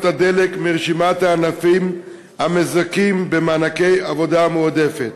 הדלק מרשימת הענפים המזכים במענקי עבודה מועדפת.